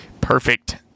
perfect